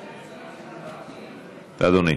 אדוני.